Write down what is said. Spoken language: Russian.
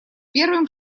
первым